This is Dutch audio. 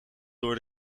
door